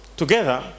together